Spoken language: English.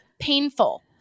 painful